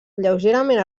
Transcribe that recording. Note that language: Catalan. lleugerament